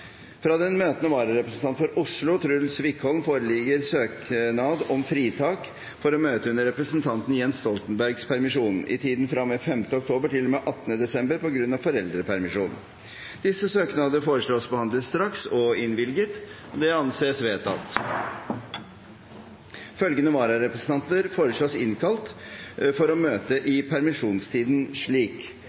Fra den møtende vararepresentanten for Oslo, Truls Wickholm, foreligger søknad om fritak for å møte under representanten Jens Stoltenbergs permisjon, i tiden fra og med 5. oktober til og med 18. desember, på grunn av foreldrepermisjon. Etter forslag fra presidenten ble enstemmig besluttet: Søknadene behandles straks og innvilges. Følgende vararepresentanter innkalles for å møte i